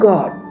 God